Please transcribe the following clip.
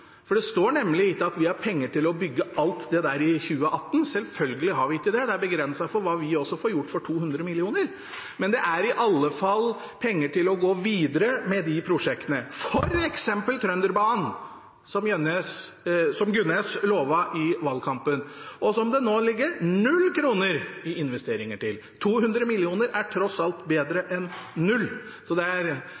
for det står nemlig ikke at vi har penger til å bygge alt det i 2018. Selvfølgelig har vi ikke det. Det er grenser for hva også vi får gjort for 200 mill. kr. Men det er i alle fall penger til å gå videre med prosjektene, f.eks. Trønderbanen, som Gunnes lovte i valgkampen, men som det nå ligger null kroner i investeringer til. 200 mill. kr er tross alt bedre